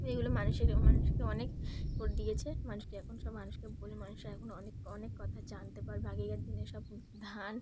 এইগুলো মানুষের মানুষকে অনেক করে দিয়েছে মানুষকে এখন সব মানুষকে বলে মানুষের এখন অনেক অনেক কথা জানতে পারবে আগেকার দিনে সব ধান